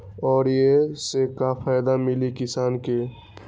और ये से का फायदा मिली किसान के?